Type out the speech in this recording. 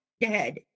dead